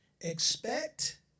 Expect